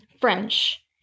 French